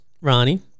Ronnie